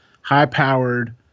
high-powered